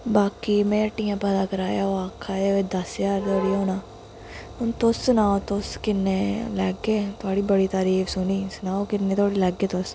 बाकी में हट्टियें पती कराया ओह् आखै दे दस ज्हार धोड़ी होना हून तुस सनाओ तुस किन्ने लैगे थोआढ़ी बड़ी तारीफ सुनी ही सनाओ किन्ने धोड़ी लैगे तुस